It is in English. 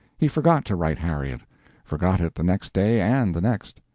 he forgot to write harriet forgot it the next day and the next.